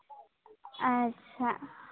ᱟᱪᱪᱷᱟ